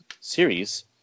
series